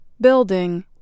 building